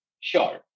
Sure